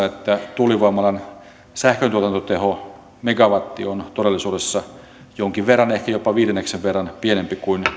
että tuulivoimalan sähköntuotantotehomegawatti on todellisuudessa jonkin verran ehkä jopa viidenneksen verran pienempi kuin